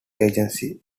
agency